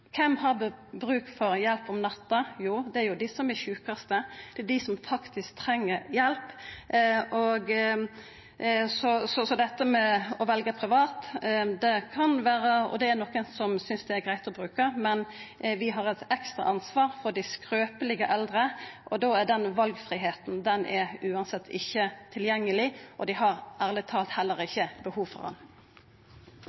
Kven har bruk for hjelp om natta? Jo, det er dei sjukaste. Det er dei som faktisk treng hjelp. Så det å velja privat er det nokre som synest er greitt, men vi har eit ekstra ansvar for dei skrøpelege eldre, og da er den valfridomen uansett ikkje tilgjengeleg – og dei har ærleg talt heller